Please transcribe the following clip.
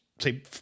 say